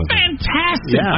fantastic